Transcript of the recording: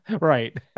right